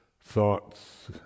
thoughts